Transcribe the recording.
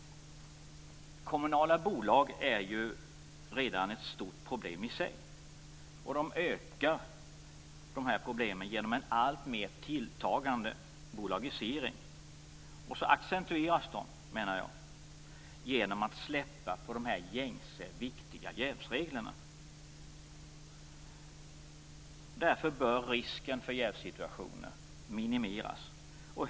Kommunala bolag innebär ju redan ett stort problem i sig. Problemen ökar genom en alltmer tilltagande bolagisering. Jag menar att de också accentueras genom att man släpper på de gängse viktiga jävsreglerna. Därför bör risken för jävsituationer minimeras.